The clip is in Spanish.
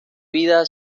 vida